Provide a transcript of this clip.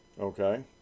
Okay